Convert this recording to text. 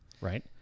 right